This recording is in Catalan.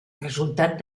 resultat